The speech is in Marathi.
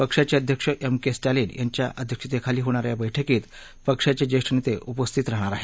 पक्षाचे अध्यक्ष एम के स्टॅलिन यांच्या अध्यक्षतेखाली होणा या या बैठकीत पक्षाचे ज्येष्ठ नेते उपस्थित राहणार आहेत